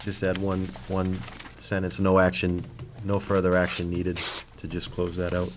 just said one one sentence no action no further action needed to disclose that